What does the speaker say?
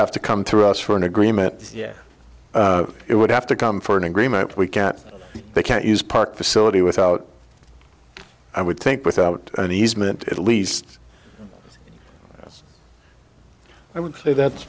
have to come through us for an agreement yet it would have to come for an agreement we can't they can't use part facility without i would think without an easement at least i would say that's